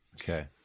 Okay